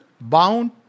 bound